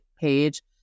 page